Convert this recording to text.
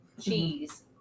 cheese